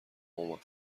اومد